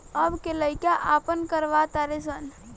अब के लइका आपन करवा तारे सन